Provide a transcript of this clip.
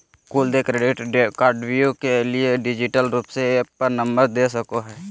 कुल देय क्रेडिट कार्डव्यू के लिए डिजिटल रूप के ऐप पर नंबर दे सको हइ